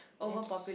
overpopu~